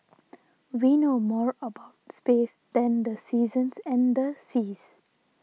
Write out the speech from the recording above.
we know more about space than the seasons and the seas